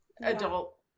adult